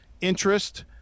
interest